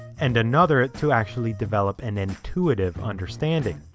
and another to actually develop an intuitive understanding,